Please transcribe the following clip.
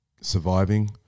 surviving